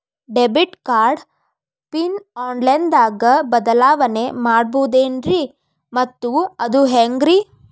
Debit card PIN online ದಾಗ ಬದಲಾವಣೆ ಮಾಡಬಹುದೇನ್ರಿ ಮತ್ತು ಅದು ಹೆಂಗ್ರಿ?